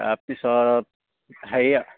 তাৰ পিছত হেৰি